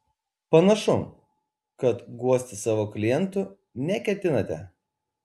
panašu kad guosti savo klientų neketinate